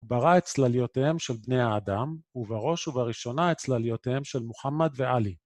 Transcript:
ברא את צלליותיהם של בני האדם ובראש ובראשונה את צלליותיהם של מוחמד ועלי.